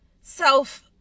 self